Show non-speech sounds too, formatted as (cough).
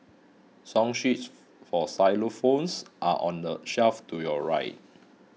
song sheets (noise) for xylophones are on the shelf to your right